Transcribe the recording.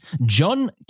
John